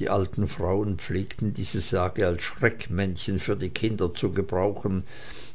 die alten frauen pflegten diese sage als schreckmännchen für die kinder zu gebrauchen